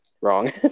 Wrong